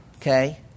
okay